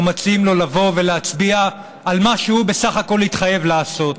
אנחנו מציעים לו לבוא ולהצביע על מה שהוא בסך הכול התחייב לעשות,